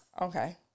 Okay